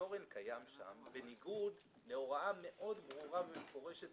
קיים שם בניגוד להוראה ברורה מאוד ומפורשת